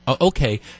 Okay